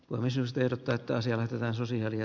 unisys tehdä tätä asiaa sillä sosiaali ja